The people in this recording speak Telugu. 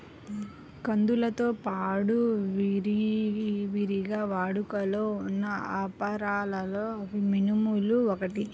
కందులతో పాడు విరివిగా వాడుకలో ఉన్న అపరాలలో మినుములు ఒకటి